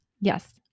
Yes